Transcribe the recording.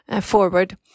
forward